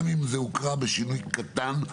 גם אם הם הוקראו בשינוי קטן,